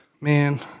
Man